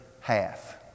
half